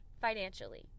financially